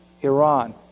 Iran